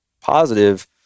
positive